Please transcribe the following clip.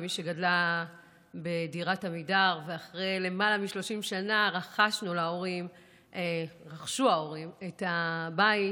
כמי שגדלה בדירת עמידר ואחרי למעלה מ-30 שנה רכשו ההורים את הבית,